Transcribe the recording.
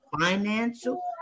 financial